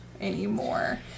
anymore